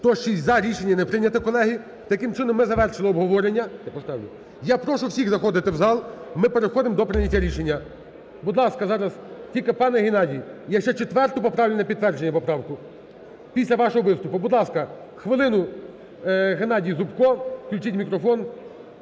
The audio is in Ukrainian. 106 – за. Рішення не прийняте, колеги. Таким чином, ми завершили обговорення. Я прошу всіх заходити в зал. Ми переходимо до прийняття рішення. Будь ласка, зараз… Тільки, пане Геннадій, я ще 4-у поставлю на підтвердження поправку після вашого виступу. Будь ласка, хвилину. Геннадій Зубко, включіть мікрофон.